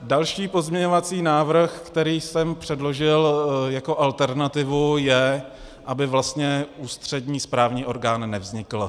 Další pozměňovací návrh, který jsem předložil jako alternativu, je, aby ústřední správní orgán nevznikl.